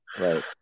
Right